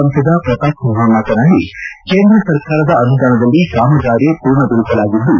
ಸಂಸದ ಪ್ರತಾಪ್ ಸಿಂಹ ಮಾತನಾಡಿ ಕೇಂದ್ರಸರ್ಕಾರದ ಅನುದಾನದಲ್ಲಿ ಕಾಮಗಾರಿ ಪೂರ್ಣಗೊಳಿಸಲಾಗಿದ್ದು